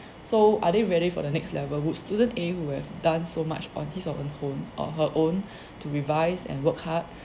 so are they ready for the next level would student A who have done so much on his or own home or her own to revise and work hard